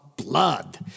Blood